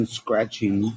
scratching